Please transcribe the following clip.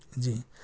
جی